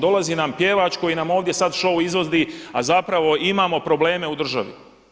Dolazi nam pjevač koji nam ovdje sada show izvodi a zapravo imamo probleme u državi.